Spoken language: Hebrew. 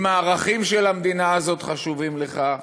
אם הערכים של המדינה הזאת חשובים לך,